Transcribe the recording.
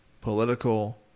political